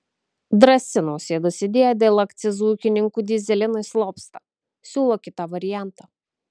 drąsi nausėdos idėja dėl akcizų ūkininkų dyzelinui slopsta siūlo kitą variantą